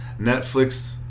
Netflix